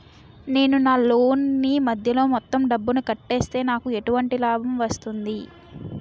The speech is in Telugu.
నేను నా లోన్ నీ మధ్యలో మొత్తం డబ్బును కట్టేస్తే నాకు ఎటువంటి లాభం వస్తుంది?